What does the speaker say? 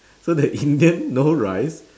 so the indian no rice